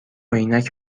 عینک